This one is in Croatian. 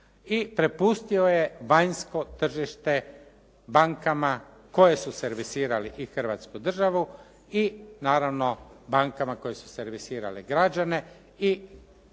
i prepustio je vanjsko tržište bankama koje su servisirali i Hrvatsku državu i naravno bankama koje su servisirale građane i isto vrijeme